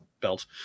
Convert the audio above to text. belt